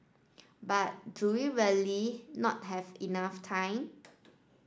but do we really not have enough time